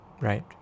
right